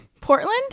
portland